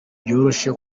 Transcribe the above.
byoroshye